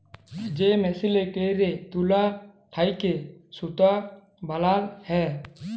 যে মেসিলে ক্যইরে তুলা থ্যাইকে সুতা বালাল হ্যয়